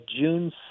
june